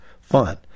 fun